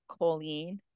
choline